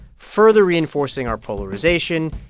further reinforcing our polarization,